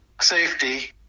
safety